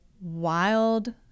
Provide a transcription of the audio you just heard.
wild